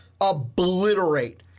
obliterate